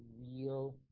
real